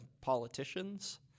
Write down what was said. politicians